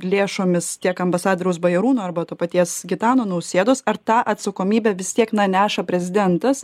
lėšomis tiek ambasadoriaus bajarūno arba to paties gitano nausėdos ar tą atsakomybę vis tiek na neša prezidentas